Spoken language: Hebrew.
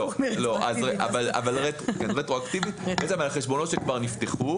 על חשבונות שכבר נפתחו,